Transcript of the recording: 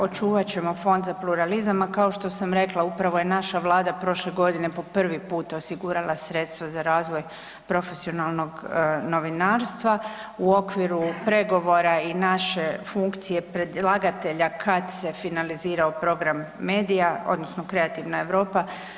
Očuvat ćemo Fond za pluralizam, a kao što sam rekla upravo je naša Vlada prošle godine po prvi put osigurala sredstva za razvoj profesionalnog novinarstva u okviru pregovora i naše funkcije predlagatelja kad se finalizirao program medija, odnosno kreativna Europa.